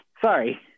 sorry